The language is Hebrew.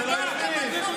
על מה?